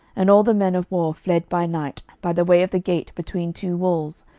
and all the men of war fled by night by the way of the gate between two walls,